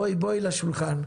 בואי לשולחן.